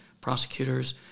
prosecutors